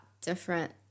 different